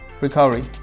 Recovery